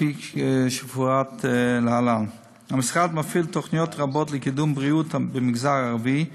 כפי שיפורט להלן: המשרד מפעיל תוכניות רבות לקידום בריאות במגזר הערבי,